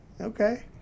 okay